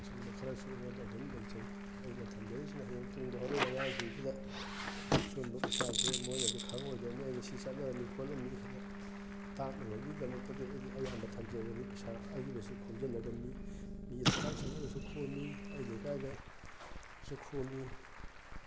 ꯑꯁꯨꯝꯕ ꯈꯔꯁꯨ ꯑꯩꯉꯣꯟꯗ ꯑꯗꯨꯝ ꯂꯩꯖꯩ ꯑꯩꯅ ꯊꯝꯖꯔꯤꯁꯤꯅ ꯍꯌꯦꯡ ꯇꯨꯡꯗ ꯍꯧꯔꯛꯏꯕ ꯑꯉꯥꯡꯁꯤꯡꯁꯤꯗ ꯁꯨꯝꯕ ꯄꯩꯁꯥꯁꯦ ꯃꯣꯏꯅꯗꯤ ꯈꯪꯉꯣꯏꯗꯣꯏꯅꯤ ꯑꯩꯅ ꯁꯤ ꯆꯠꯅꯔꯝꯃꯤ ꯈꯣꯠꯂꯝꯃꯤ ꯇꯥꯛꯅꯕꯒꯤꯗꯃꯛꯇꯗꯤ ꯑꯩꯗꯤ ꯑꯌꯥꯝꯕ ꯊꯝꯖꯕꯅꯤ ꯄꯩꯁꯥ ꯑꯔꯤꯕꯁꯤ ꯈꯣꯝꯖꯤꯜꯂꯒ ꯃꯤꯒꯤ ꯂꯩꯀꯥꯏ ꯆꯠꯂꯒꯁꯨ ꯈꯣꯝꯃꯤ ꯑꯩ ꯂꯩꯀꯥꯏꯗꯁꯨ ꯈꯣꯝꯃꯤ